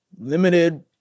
limited